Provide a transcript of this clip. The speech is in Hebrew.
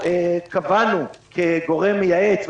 קבענו כגורם מייעץ,